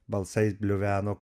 balsais bliuveno